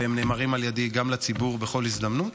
והם נאמרים על ידי גם לציבור בכל הזדמנות.